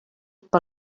per